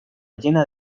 llena